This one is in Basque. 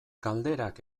galderak